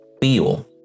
feel